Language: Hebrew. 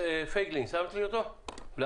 מר חיים פייגלין, בבקשה.